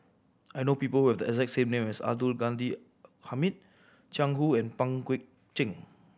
I know people who have the exact same name as Abdul Ghani Hamid Jiang Hu and Pang Guek Cheng